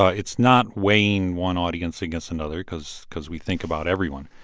ah it's not weighing one audience against another because because we think about everyone.